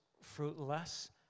fruitless